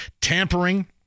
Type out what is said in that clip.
tampering